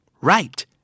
right